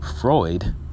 Freud